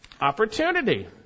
opportunity